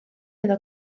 iddo